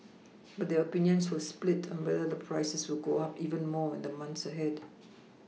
but their oPinions were split on whether the prices would go up even more in the months ahead